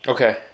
Okay